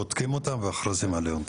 בודקים אותן ואחרי זה מעלים אותן.